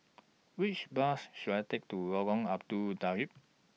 Which Bus should I Take to Lorong Abu Talib